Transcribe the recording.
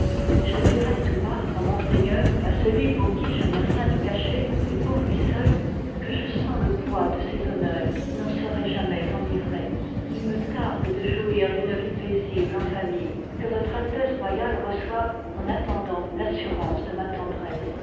mais je dirai tout bas à monseigneur à celui pour qui je n'ai rien de caché et pour lui seul que je sens le poids de ces honneurs et n'en serai jamais j enivrée il me tarde de jouir d'une yie paisible en famille que votre altesse royale reçoive en attendant l'assurance de ma tendresse